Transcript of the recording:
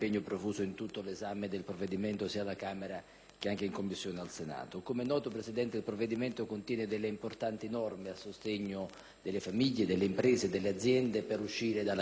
Com'è noto, Presidente, il provvedimento contiene importanti norme a sostegno delle famiglie e delle imprese per uscire dalla crisi economica internazionale che ha investito anche il nostro Paese.